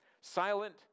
Silent